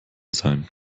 sein